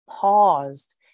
paused